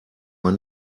man